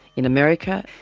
in america,